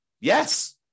Yes